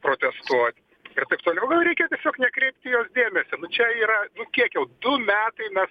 protestuot ir taip toliau nu reikia tiesiog nekreipt į juos dėmesio čia yra kiek jau du metai mes